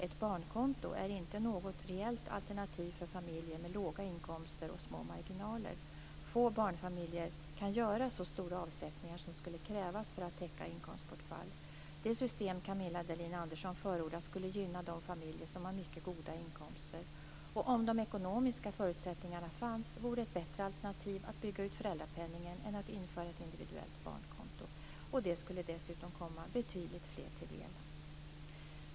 Ett barnkonto är inte något reellt alternativ för familjer med låga inkomster och små marginaler. Få barnfamiljer kan göra så stora avsättningar som skulle krävas för att täcka inkomstbortfall. Det system som Camilla Dahlin-Andersson förordar skulle gynna de familjer som har mycket goda inkomster. Om de ekonomiska förutsättningarna fanns vore det ett bättre alternativ att bygga ut föräldrapenningen än att införa ett individuellt barnkonto. Det skulle dessutom komma betydligt fler till del.